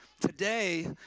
Today